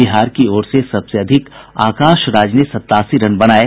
बिहार की ओर से सबसे अधिक आकाश राज ने सत्तासी रन बनाये